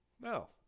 No